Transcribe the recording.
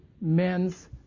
men's